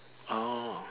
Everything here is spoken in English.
oh